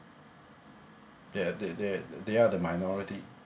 they they they they are the minority